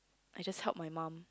I just help my mum